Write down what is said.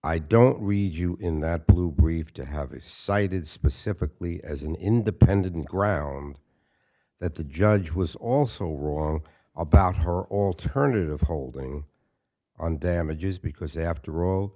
i don't read you in that blue we've to have cited specifically as an independent ground that the judge was also wrong about her alternative holding on damages because after all